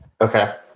Okay